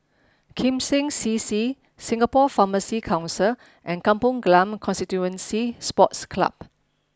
Kim Seng C C Singapore Pharmacy Council and Kampong Glam Constituency Sports Club